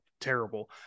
terrible